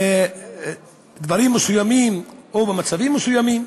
בדברים מסוימים או במצבים מסוימים,